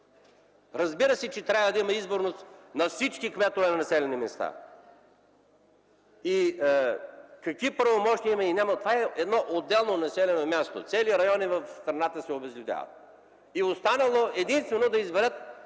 Разбира се, че трябва да има изборност на всички кметове на населени места. Какви правомощия има или няма? Това е едно отделно населено място, цели райони в страната се обезлюдяват. Останало е единствено да изберат